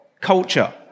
culture